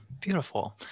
Beautiful